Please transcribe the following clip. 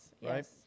yes